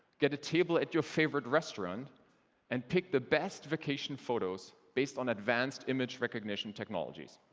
get a table at your favorite restaurant and pick the best vacation photos based on advance image recognition technologies.